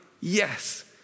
Yes